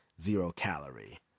zero-calorie